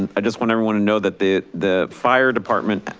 and i just want everyone to know that the the fire department,